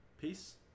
Peace